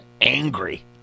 angry